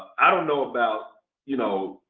i don't know about you know